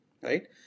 right